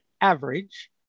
average